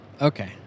Okay